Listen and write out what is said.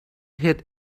hid